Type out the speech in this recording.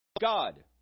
God